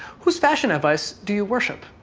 whose fashion advice do you worship?